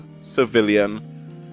civilian